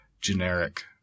generic